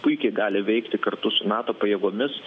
puikiai gali veikti kartu su nato pajėgomis